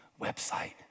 website